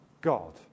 God